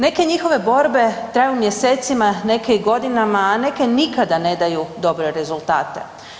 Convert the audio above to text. Neke njihove borbe traju mjesecima, neke i godinama, a neke nikada ne daju dobre rezultate.